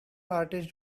artist